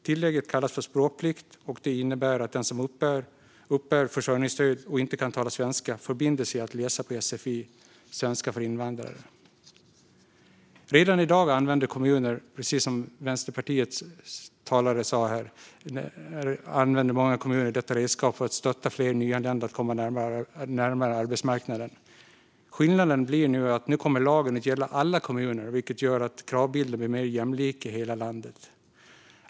Tillägget kallas för språkplikt och innebär att den som uppbär försörjningsstöd och inte kan tala svenska förbinder sig att läsa på sfi, svenska för invandrare. Redan i dag använder många kommuner detta redskap för att stötta fler nyanlända att komma närmare arbetsmarknaden. Skillnaden blir att lagen nu kommer att gälla alla kommuner, vilket gör att kravbilden blir mer jämlik i hela landet.